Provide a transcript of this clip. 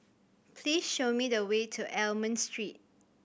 please show me the way to Almond Street